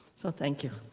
so thank you.